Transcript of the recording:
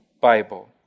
Bible